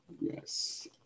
Yes